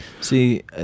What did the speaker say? See